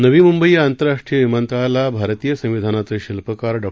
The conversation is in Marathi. नवी मुंबई आंतरराष्ट्रीय विमानतळाला भारतीय संविधानाचे शिल्पकार डॉ